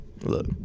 Look